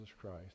Christ